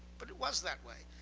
but it was that way.